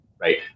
right